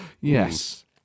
Yes